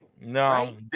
no